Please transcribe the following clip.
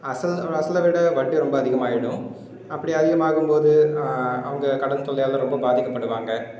அசல் அசலை விட வட்டி ரொம்ப அதிகமாகிடும் அப்படி அதிகமாகும் போது அவங்க கடன் தொல்லையால் ரொம்ப பாதிக்கப்படுவாங்கள்